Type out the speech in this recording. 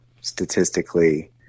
statistically